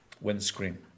windscreen